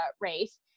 race